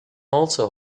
also